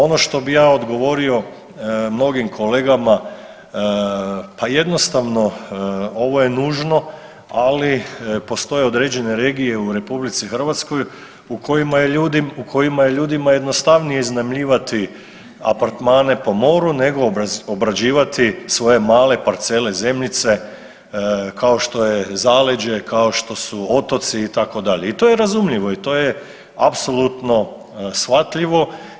Ono što bi ja odgovorio mnogim kolegama pa jednostavno ovo je nužno, ali postoje određene regije u RH u kojima je ljudima jednostavnije iznajmljivati apartmane po moru nego obrađivati svoje male parcele zemljice kao što je Zaleđe, kao što su otoci itd. i to je razumljivo i to je apsolutno shvatljivo.